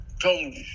told